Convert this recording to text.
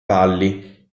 valli